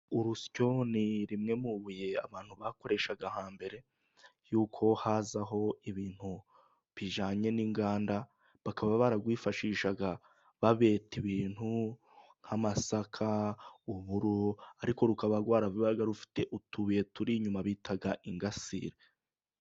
Urusyo ni rimwe mu mabuye abantu bakoreshaga hambere. Nuko haza ibintu bijanye n'inganda bakaba bararwifashishaga babeta ibintu nk'amasaka, uburo,... Ariko rukaba rwarabaga rufite utubuye turi inyuma bitaga ingasire.